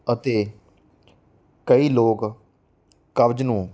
ਅਤੇ ਕਈ ਲੋਕ ਕਬਜ਼ ਨੂੰ